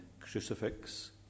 Crucifix